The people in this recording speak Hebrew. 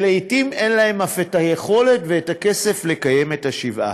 שלעתים אין להם אף את היכולת ואת הכסף לקיים את השבעה.